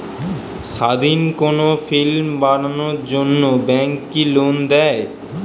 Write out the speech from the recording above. স্বাধীন কোনো ফিল্ম বানানোর জন্য ব্যাঙ্ক কি লোন দেয়?